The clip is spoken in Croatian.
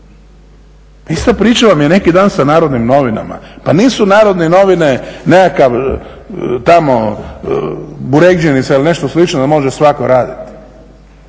Ista priča vam je neki dan sa Narodnim novinama. Pa nisu Narodne novine nekakav tamo burekdžinica ili nešto slično da može svatko raditi.